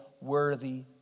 worthy